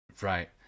right